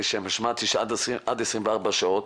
ושמעתי שעד 24 שעות,